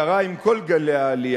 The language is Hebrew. זה קרה עם כל גלי העלייה,